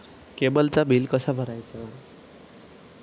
केबलचा बिल कसा भरायचा?